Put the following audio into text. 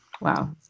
Wow